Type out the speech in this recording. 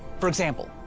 for example,